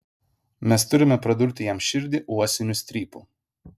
mes turime pradurti jam širdį uosiniu strypu